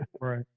Right